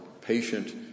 patient